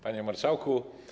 Panie Marszałku!